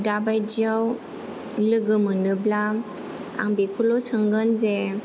दा बायदियाव लोगो मोनोब्ला आं बेखौल' सोंगोन जे